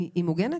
היא מוגנת?